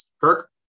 Kirk